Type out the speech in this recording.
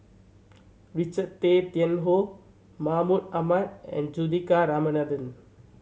Richard Tay Tian Hoe Mahmud Ahmad and Juthika Ramanathan